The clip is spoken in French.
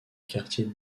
quartier